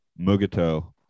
Mugato